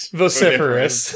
vociferous